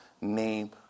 name